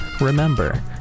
Remember